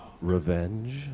revenge